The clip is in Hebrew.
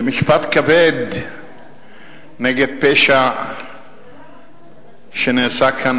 למשפט כבד נגד פשע שנעשה כאן,